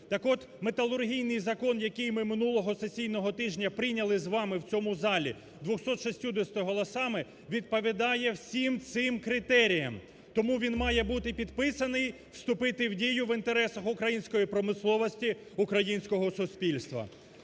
Так от металургійний закон, який ми минулого сесійного тижня прийняли з вами в цьому залі 260 голосами відповідає всім цим критеріям. Тому він має бути підписаний, вступити в дію в інтересах української промисловості, українського суспільства.